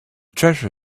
treasure